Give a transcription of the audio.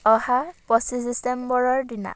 অহা পঁচিছ ডিচেম্বৰৰ দিনা